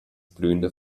blühende